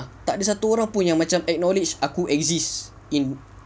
tak ada satu orang pun yang macam acknowledge aku exist in